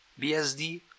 BSD